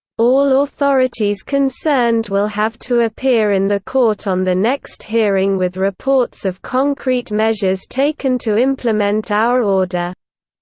all authorities concerned will have to appear in the court on the next hearing with reports of concrete measures taken to implement our order.